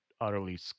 utterly